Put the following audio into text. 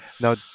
Now